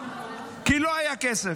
כי לא היה כסף.